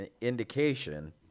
indication